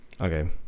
Okay